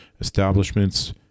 establishments